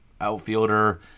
outfielder